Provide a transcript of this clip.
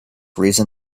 reason